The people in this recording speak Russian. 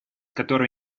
которую